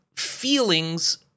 feelings